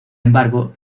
embargo